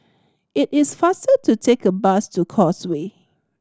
it is faster to take a bus to Causeway